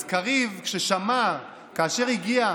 אז כשקריב שמע, כאשר הגיע,